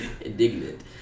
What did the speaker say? Indignant